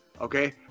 okay